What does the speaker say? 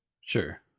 Sure